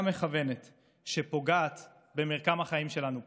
מכוונת שפוגעת במרקם החיים שלנו פה.